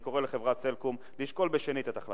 אני קורא לחברת "סלקום" לשקול שנית את החלטתה.